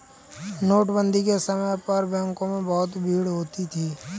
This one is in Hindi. नोटबंदी के समय पर बैंकों में बहुत भीड़ होती थी